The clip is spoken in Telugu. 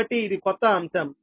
కాబట్టి ఇది కొత్త అంశం